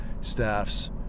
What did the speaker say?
staffs